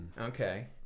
Okay